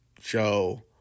show